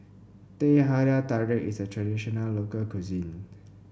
Teh Halia Tarik is a traditional local cuisine